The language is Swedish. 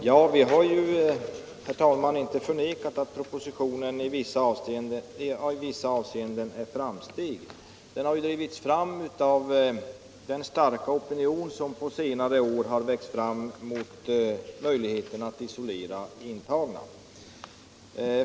Herr talman! Vi har inte förnekat att propositionen i vissa avseenden innebär ett framsteg. Den har ju också drivits fram av den starka opinion som under senare år har växt fram mot isoleringen av intagna.